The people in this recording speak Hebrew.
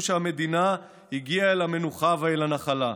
שהמדינה הגיעה אל המנוחה ואל הנחלה,